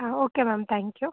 ಹಾಂ okay ma'am thank you